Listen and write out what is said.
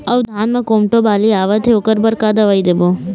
अऊ धान म कोमटो बाली आवत हे ओकर बर का दवई देबो?